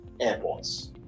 airports